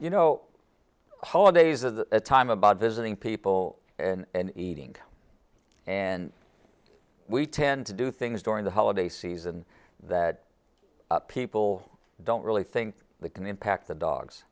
you know holidays a time about visiting people and eating and we tend to do things during the holiday season that people don't really think that can impact the dogs